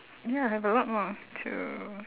ya I have a lot more two